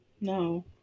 No